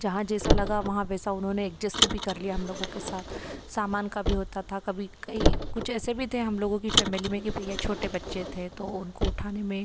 जहाँ जैसा लगा वहाँ वैसा उन्होंने एगजेस्ट भी कर लिया हम लोगों के साथ सामान का भी होता था कभी कई कुछ ऐसे भी थे हम लोगों की फ़ेमिली में कि भइया छोटे बच्चे थे तो उनको उठाने में